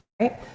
right